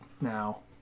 now